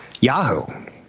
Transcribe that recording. Yahoo